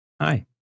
hi